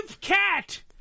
cat